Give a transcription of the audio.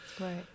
Right